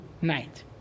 night